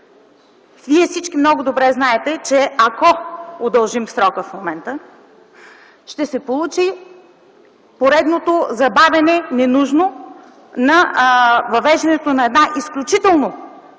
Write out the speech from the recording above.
Вие всички много добре знаете, че ако удължим срока в момента ще се получи поредното ненужно забавяне на въвеждането на една изключително